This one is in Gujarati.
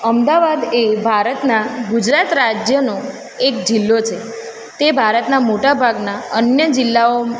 અમદાવાદ એ ભારતના ગુજરાત રાજ્યનો એક જિલ્લો છે તે ભારતના મોટા ભાગના અન્ય જિલ્લાઓ